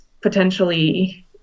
potentially